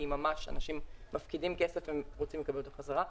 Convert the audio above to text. כי ממש אנשים מפקידים כסף והם רוצים לקבל אותו בחזרה,